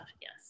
yes